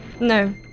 No